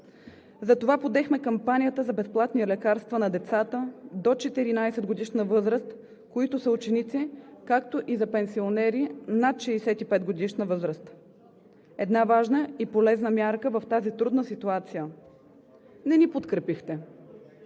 Затова подехме кампанията за безплатни лекарства на децата до 14-годишна възраст, които са ученици, както и за пенсионери над 65-годишна възраст. Една важна и полезна мярка в тази трудна ситуация. Не ни подкрепихте.